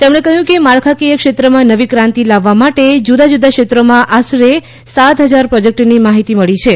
તેમણે કહ્યું કે માળખાકીય ક્ષેત્રમાં નવી ક્રાંતિ લાવવા માટે જૂદા જૂદા ક્ષેત્રોમાં આશરે સાત હજાર પ્રોજેક્ટની માહિતી મળે છે